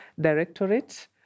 Directorate